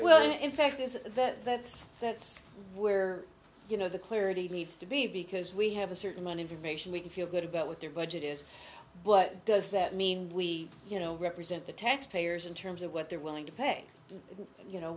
well in fact is that that's that's where you know the clarity needs to be because we have a certain on information we can feel good about what their budget is but does that mean we you know represent the taxpayers in terms of what they're willing to pay and you know